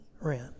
rent